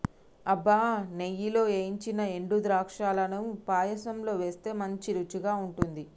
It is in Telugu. అబ్బ నెయ్యిలో ఏయించిన ఎండు ద్రాక్షలను పాయసంలో వేస్తే మంచి రుచిగా ఉంటుంది